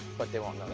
but they won't